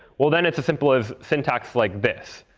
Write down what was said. well then it's as simple as syntax like this.